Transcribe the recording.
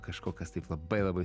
kažko kas taip labai labai